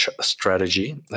strategy